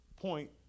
point